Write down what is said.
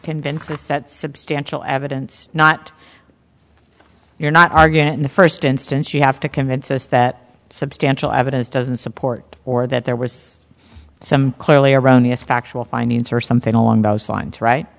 convince us that substantial evidence not you're not are getting the first instance you have to convince us that substantial evidence doesn't support or that there was some clearly erroneous factual findings or something along those lines right